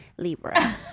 Libra